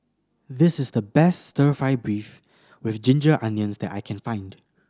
this is the best Stir Fry beef with ginger onions that I can find